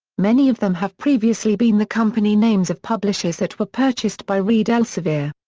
many of them have previously been the company names of publishers that were purchased by reed elsevier.